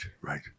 right